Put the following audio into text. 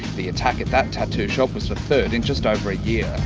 the attack at that tattoo shop was the third in just over a year.